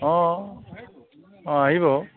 অ অ আহিব